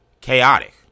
chaotic